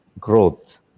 growth